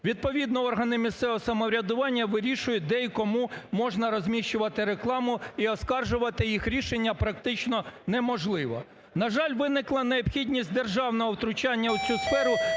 Відповідно органи місцевого самоврядування вирішують, де і кому можна розміщувати рекламу і оскаржувати їх рішення практично неможливо. На жаль, виникла необхідність державного втручання в цю сферу